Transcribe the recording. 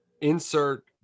insert